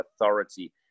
authority